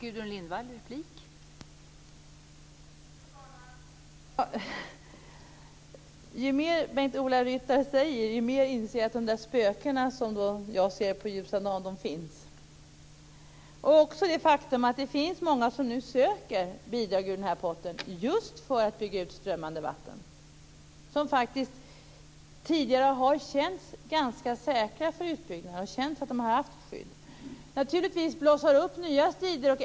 Fru talman! Ju mer Bengt-Ola Ryttar säger, desto mer inser jag att de spöken jag ser på ljusa dagen finns. Det visar också det faktum att det är många som nu söker bidrag ur den här potten just för att bygga ut strömmande vatten som tidigare har känts ganska säkra för utbyggnad och har haft ett skydd. Det blossar naturligtvis upp nya strider.